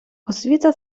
освіта